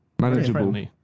Manageable